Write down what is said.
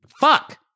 Fuck